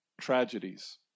tragedies